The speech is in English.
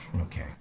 Okay